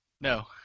No